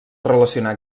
relacionar